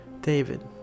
David